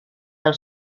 del